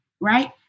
right